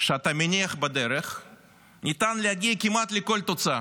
שאתה מניח בדרך ניתן להגיע כמעט לכל תוצאה.